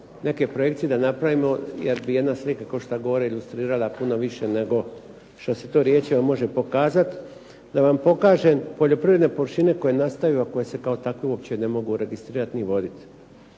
neke projekcije da napravimo jer bi jedna slika tko šta govori ilustrirala puno više nego što se to riječima može pokazati. Da vam pokažem poljoprivredne …/Govornik se ne razumije./… koje nastaju, a koje se kao takve uopće ne mogu registrirati ni voditi.